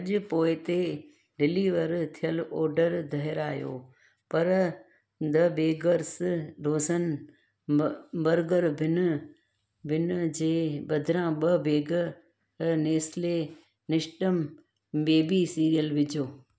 अॼु पोइ ते डिलीवर थियल ऑर्डर दुहिरायो पर the bakers dozen burger bun bun जे बदिरां ॿ bag Nestle Nestum baby cereal विझो